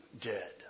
dead